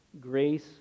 grace